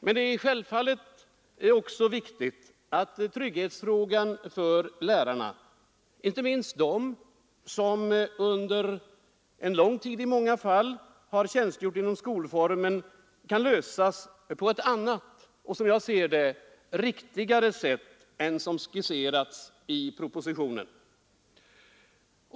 Men det är självfallet också viktigt att frågan om tryggheten för lärarna — inte minst för de lärare som under lång tid har tjänstgjort inom skolformen — kan lösas på ett annat och som jag ser det riktigare sätt än som skisseras i propositionen.